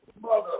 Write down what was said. Mother